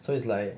so it's like